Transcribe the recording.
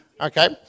Okay